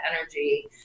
energy